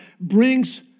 brings